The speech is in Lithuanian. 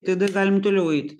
tada galim toliau eit